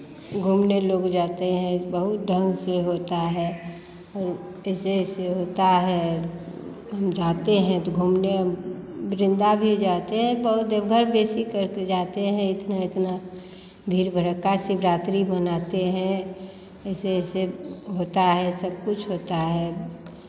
घूमने लोग जाते हैं बहुत ढंग से होता है और जैसे जैसे होता है हम जाते हैं तो घूमने वृंदा भी जाते हैं बहुत देवघर बेशी करके जाते हैं इतना इतना भीड़ भड़क्का शिवरात्रि मनाते हैं ऐसे ऐसे होता है सब कुछ होता है